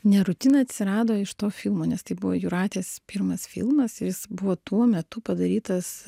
ne rutina atsirado iš to filmo nes tai buvo jūratės pirmas filmas ir jis buvo tuo metu padarytas